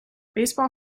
baseball